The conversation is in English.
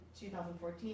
2014